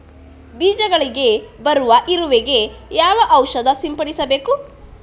ಬೀಜಗಳಿಗೆ ಬರುವ ಇರುವೆ ಗೆ ಯಾವ ಔಷಧ ಸಿಂಪಡಿಸಬೇಕು?